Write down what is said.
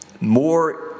more